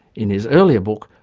in his earlier book,